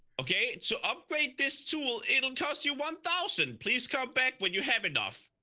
ok so update this tool. it'll cost you one thousand. please come back when you have enough.